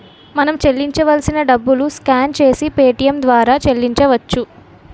మనం చెల్లించాల్సిన డబ్బులు స్కాన్ చేసి పేటియం ద్వారా చెల్లించవచ్చు